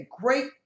great